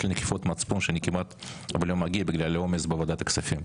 לי נקיפות מצפון שאני כמעט ולא מגיע בגלל העומס בעבודת הכספים.